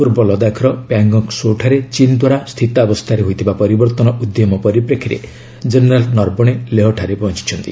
ପୂର୍ବ ଲଦାଖର ପ୍ୟାଙ୍ଗଙ୍ଗ ସୋ ଠାରେ ଚୀନ ଦ୍ୱାରା ସ୍ଥିତାବସ୍ଥାରେ ହୋଇଥିବା ପରିବର୍ତ୍ତନ ଉଦ୍ୟମ ପରିପ୍ରେକ୍ଷୀରେ ଜେନେରାଲ୍ ନର୍ବଣେ ଲେହଠାରେ ପହଞ୍ଚୁଛନ୍ତି